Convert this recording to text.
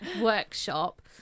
workshop